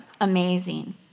amazing